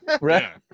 Right